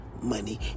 money